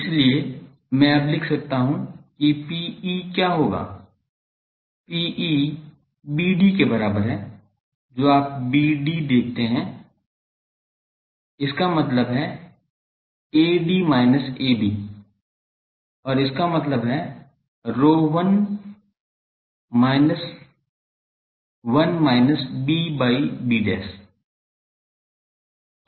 इसलिए मैं अब लिख सकता हूँ कि Pe क्या होगा Pe BD के बराबर है जो आप BD देखते हैं और इसका मतलब है AD minus AB और इसका मतलब है ρ1 1 minus b by b है